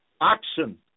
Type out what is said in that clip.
Action